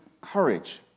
courage